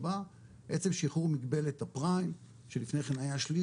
עצם שחרור מגבלת הפריים שלפני כן היה שליש,